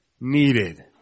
needed